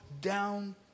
down